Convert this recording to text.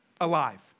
alive